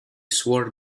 swore